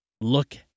look